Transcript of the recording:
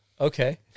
Okay